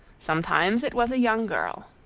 sometimes it was a young girl,